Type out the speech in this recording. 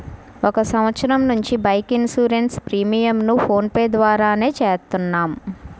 ఒక సంవత్సరం నుంచి బైక్ ఇన్సూరెన్స్ ప్రీమియంను ఫోన్ పే ద్వారానే చేత్తన్నాం